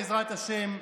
בעזרת השם,